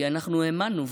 כי אנחנו האמנו,